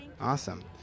awesome